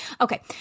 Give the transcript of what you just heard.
Okay